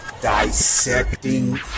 dissecting